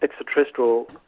extraterrestrial